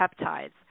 peptides